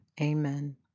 amen